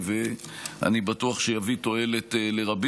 ואני בטוח שיביא תועלת לרבים.